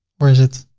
where is it?